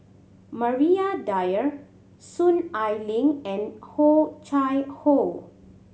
Maria Dyer Soon Ai Ling and Oh Chai Hoo